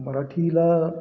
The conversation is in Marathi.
मराठीला